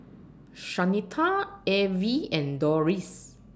Shanita Evie and Doris